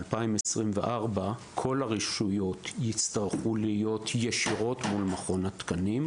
כל הרשויות יצטרכו להיות ישירות מול מכון התקנים,